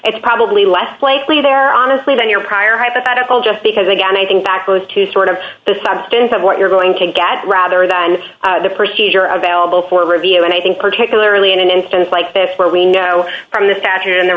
it's probably less likely there honestly than your prior hypothetical just because again i think back to sort of the substance of what you're going to get rather than the procedure available for review and i think particularly in an instance like this where we know from the statute in the